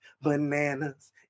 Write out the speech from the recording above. Bananas